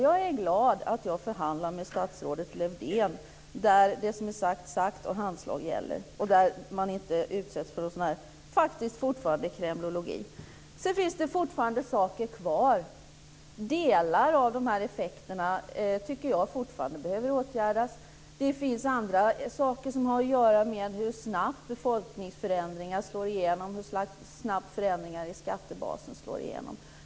Jag är glad över att jag förhandlade med statsrådet Lövdén - förhandlingar där sagt är sagt och där handslag gäller och man inte utsätts för, vidhåller jag faktiskt, kremlologi. Fortfarande finns det dock saker kvar. Delar av de här effekterna tycker jag fortfarande behöver åtgärdas. Det finns också annat som har att göra med hur snabbt befolkningsförändringar och förändringar i skattebasen slår igenom.